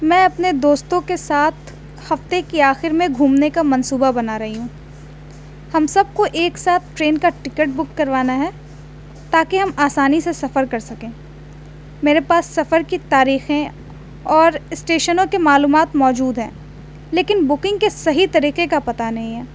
میں اپنے دوستوں کے ساتھ ہفتے کی آخر میں گھومنے کا منصوبہ بنا رہی ہوں ہم سب کو ایک ساتھ ٹرین کا ٹکٹ بک کروانا ہے تاکہ ہم آسانی سے سفر کر سکیں میرے پاس سفر کی تاریخیں اور اسٹیشنوں کے معلومات موجود ہیں لیکن بکنگ کے صحیح طریقے کا پتہ نہیں ہے